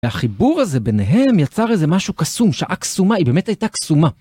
והחיבור הזה ביניהם יצר איזה משהו קסום, שעה קסומה, היא באמת הייתה קסומה.